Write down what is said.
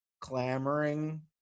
clamoring